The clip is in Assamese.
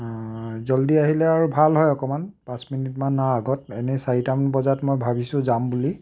জল্দি আহিলে আৰু ভাল হয় অকণমান পাঁচ মিনিটমানৰ আগত এনেই চাৰিটামান বজাত মই ভাবিছোঁ যাম বুলি